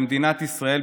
במדינת ישראל,